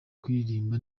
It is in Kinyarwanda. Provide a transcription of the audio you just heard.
kuyiririmba